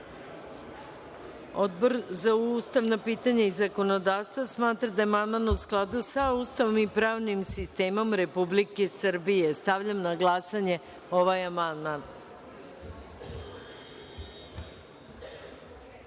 za Ustavna pitanja i zakonodavstvo smatra da je amandman u skladu sa Ustavom i pravnim sistemom Republike Srbije. Stavljam na glasanje